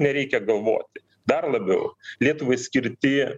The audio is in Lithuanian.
nereikia galvoti dar labiau lietuvai skirti